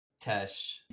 Tesh